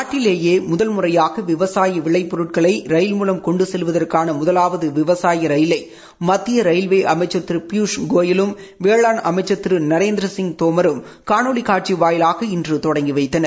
நாட்டிலேயே முதல் முறையாக விவசாய விளைபொருட்களை ரயில் மூவம் கொண்டு செல்வதற்கான முதலாவது விவசாய ரயிலை மத்திய ரயில்வே அமைச்சர் திரு பியூஷ் கோயலும் வேளாண் அமைச்சர் திரு நரேந்திரசிங் தோமரும் காணொலி காட்சி வயிலாக இன்று தொடங்கி வைத்தனர்